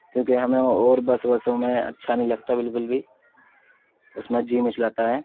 کیونکہ ہمیں اور بس وسوں میں اچّھا نہیں لگتا ہے بالكل بھی اس میں جی مچلاتا ہے